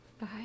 Bye